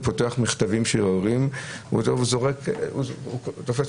פותח מכתבים של הורים וזורק לפח.